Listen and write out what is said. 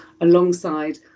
alongside